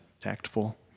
tactful